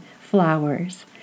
flowers